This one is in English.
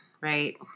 right